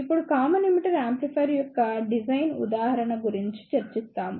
ఇప్పుడు common emitter amplifier యొక్క design ఉదాహరణ గురించి చర్చిస్తాము